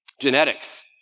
Genetics